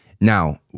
Now